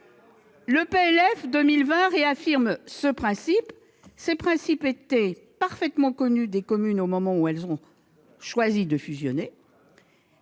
Le PLF pour 2020 réaffirme ces principes, qui étaient parfaitement connus des communes au moment où elles ont choisi de fusionner.